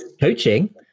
coaching